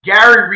Gary